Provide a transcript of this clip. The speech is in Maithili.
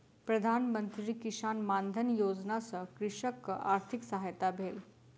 प्रधान मंत्री किसान मानधन योजना सॅ कृषकक आर्थिक सहायता भेल